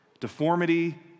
Deformity